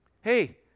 Hey